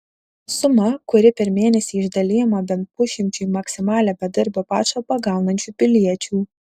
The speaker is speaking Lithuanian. suma kuri per mėnesį išdalijama bent pusšimčiui maksimalią bedarbio pašalpą gaunančių piliečių